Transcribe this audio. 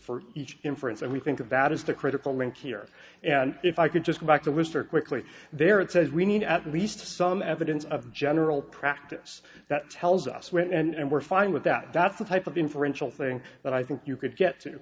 for each inference that we think of that is the critical link here and if i could just go back to restore quickly there it says we need at least some evidence of general practice that tells us when and we're fine with that that's the type of inferential thing that i think you could get to